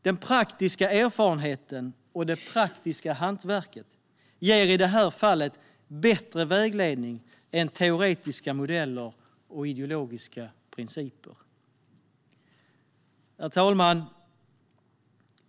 Den praktiska erfarenheten och det praktiska hantverket ger i det här fallet bättre vägledning än teoretiska modeller och ideologiska principer. Herr talman!